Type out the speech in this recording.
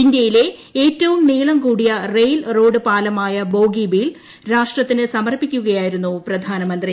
ഇന്ത്യയിലെ ഏറ്റവും നീളം കൂടിയ റെയിൽ റോഡ് പാലമായ ബോഗിബീൽ രാഷ്ട്രത്തിന് സമർപ്പിക്കുകയായിരുന്നു പ്രധാനമന്ത്രി